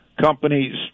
companies